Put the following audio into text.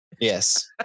Yes